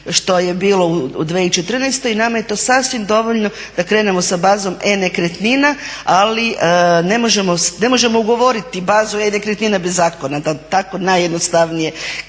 što je bilo u 2014. i nama je to sasvim dovoljno da krenemo sa bazom e-nekretnina. Ali ne možemo ugovoriti bazu e-nekretnina bez zakona da tako najjednostavnije